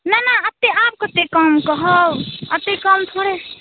नहि नहि एते आब कते कम कहु हौ एते कम थोड़े